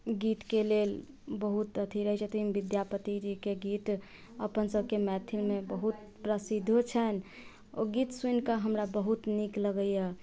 गीत के लेल बहुत अथी रहै छथिन विद्यापति जी के गीत अपन सबके मैथिल मे बहुत प्रसिद्धो छनि ओ गीत सुनि के हमरा बहुत नीक लगैया